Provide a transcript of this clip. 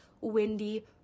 windy